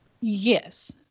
yes